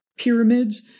Pyramids